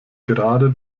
gerade